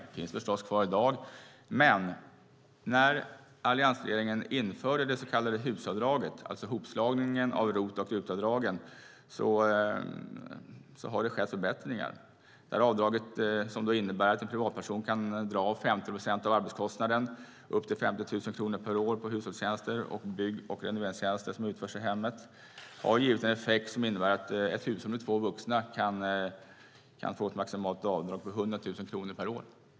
Det finns förstås kvar i dag, men efter att alliansregeringen införde det så kallade HUS-avdraget - alltså en hopslagning av ROT och RUT-avdragen - har det skett förbättringar. Det här avdraget, som innebär att en privatperson kan dra av 50 procent av arbetskostnaden upp till 50 000 kronor per år på hushållstjänster och bygg och renoveringstjänster som utförs i hemmet, har gett en effekt som innebär att ett hushåll med två vuxna kan få ett maximalt avdrag på 100 000 kronor per år.